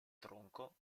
tronco